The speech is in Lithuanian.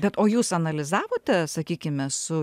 bet o jūs analizavote sakykime su